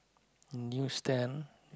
news stand